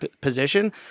position